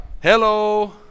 Hello